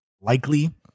likely